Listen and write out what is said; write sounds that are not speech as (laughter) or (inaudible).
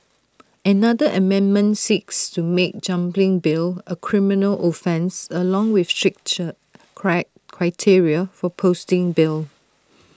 another amendment seeks to make jumping bail A criminal offence along with stricter (noise) criteria for posting bail